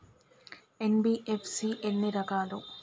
NBFC ఎన్ని రకాలు?